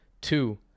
Two